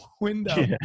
window